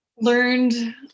learned